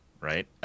right